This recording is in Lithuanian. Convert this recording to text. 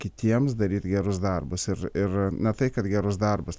kitiems daryt gerus darbus ir ir na tai kad gerus darbus